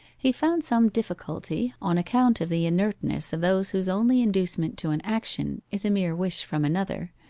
he found some difficulty, on account of the inertness of those whose only inducement to an action is a mere wish from another,